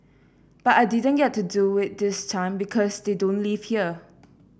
but I didn't get to do it this time because they don't live here